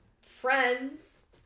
friends